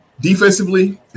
Defensively